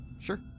sure